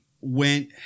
went